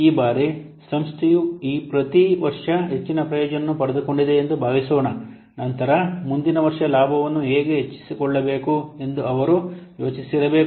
ಈ ಬಾರಿ ಸಂಸ್ಥೆಯು ಈ ವರ್ಷ ಈ ಹೆಚ್ಚಿನ ಪ್ರಯೋಜನವನ್ನು ಪಡೆದುಕೊಂಡಿದೆ ಎಂದು ಭಾವಿಸೋಣ ನಂತರ ಮುಂದಿನ ವರ್ಷ ಲಾಭವನ್ನು ಹೇಗೆ ಹೆಚ್ಚಿಸಿಕೊಳ್ಳಬೇಕು ಎಂದು ಅವರು ಯೋಜಿಸಿರಬೇಕು